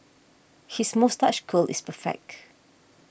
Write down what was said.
his moustache curl is perfect